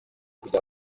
kujya